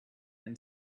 and